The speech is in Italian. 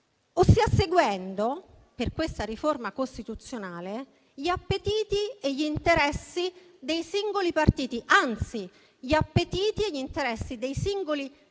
seguendo cioè per questa riforma costituzionale gli appetiti e gli interessi dei singoli partiti; anzi, gli appetiti e gli interessi dei singoli *leader*